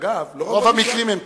אגב, רוב המקרים הם כאלה.